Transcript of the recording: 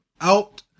out